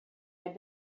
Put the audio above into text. had